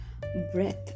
breath